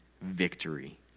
victory